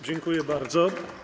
Dziękuję bardzo.